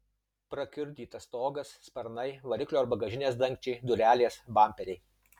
prakiurdytas stogas sparnai variklio ir bagažinės dangčiai durelės bamperiai